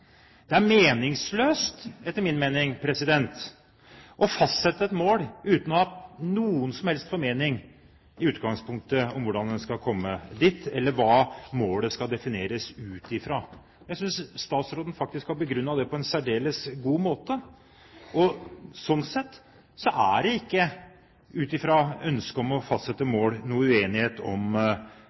Det er etter min mening meningsløst å fastsette et mål uten i utgangspunktet å ha noen som helst formening om hvordan en skal komme dit, eller hva målet skal defineres ut fra. Jeg synes statsråden faktisk har begrunnet det på en særdeles god måte. Slik sett er det ikke noen uenighet i denne salen ut fra ønsket om å fastsette mål.